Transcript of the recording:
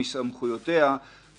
כשאמרו שזה מקרה חריג ביותר וכדומה.